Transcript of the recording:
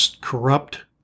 corrupt